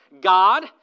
God